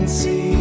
see